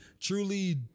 truly